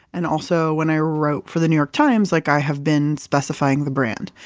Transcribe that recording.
and also when i wrote for the new york times, like i have been specifying the brand.